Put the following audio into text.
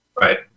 Right